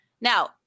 Now